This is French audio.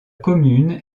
commune